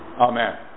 Amen